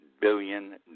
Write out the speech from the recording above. billion